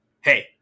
hey